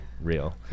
real